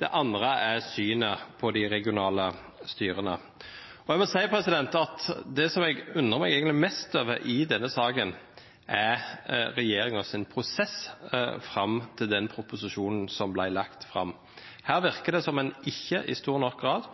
det andre er synet på de regionale styrene. Jeg må si at det jeg egentlig undrer meg mest over i denne saken, er regjeringens prosess fram til den proposisjonen som ble lagt fram. Det virker som om en ikke i stor nok grad